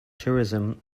tourism